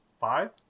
five